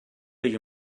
you